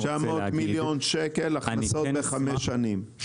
--- 900 מיליון שקלים הכנסות מקנסות בחמש שנים.